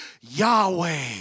Yahweh